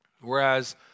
whereas